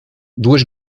duas